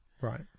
Right